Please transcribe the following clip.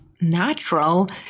natural